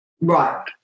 Right